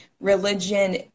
religion